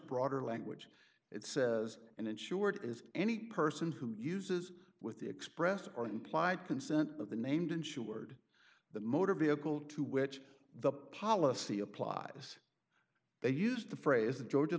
broader language it says and insured is any person who uses with the express or implied consent of the named insured that motor vehicle to which the policy applies they used the phrase the georgia